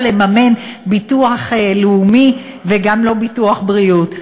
לממן ביטוח לאומי וגם לא ביטוח בריאות.